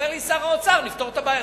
ואומר לי שר האוצר: נפתור את הבעיה,